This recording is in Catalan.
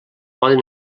poden